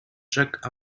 jacques